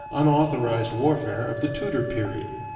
unauthorized warfare of the tudor period.